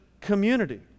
community